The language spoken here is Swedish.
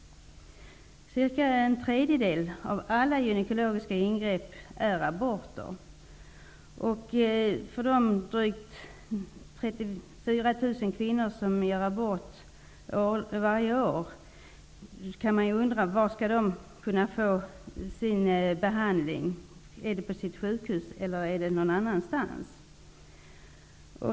Cirka en tredjedel av alla gynekologiska ingrepp är aborter. Man kan fråga sig var de drygt 34 000 kvinnor som gör abort varje år skall få sin behandling. Skall det ske på sjukhus, eller skall det ske någon annanstans?